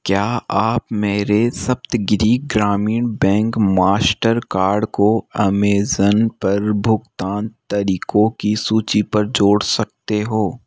क्या आप मेरे Saptagiri Grameen bank Mastercard को अमेज़न पर भुगतान तरीकों की सूची पर जोड़ सकते हो